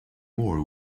more